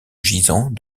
gisant